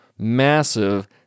massive